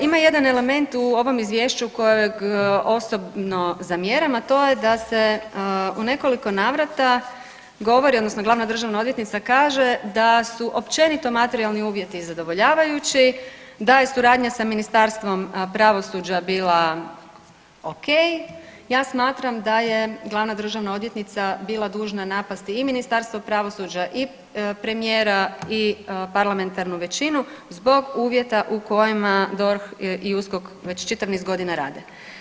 Ima jedan element u ovom izvješću kojeg osobno zamjeram, a to je da se u nekoliko navrata govori, odnosno glavna državna odvjetnica kaže da su općenito materijalni uvjeti zadovoljavajući, da je suradnja sa Ministarstvom pravosuđa bila o.k. Ja smatram da je glavna državna odvjetnica bila dužna napasti i Ministarstvo pravosuđa i premijera i parlamentarnu većinu zbog uvjeta u kojima DORH i USKOK već čitav niz godina rade.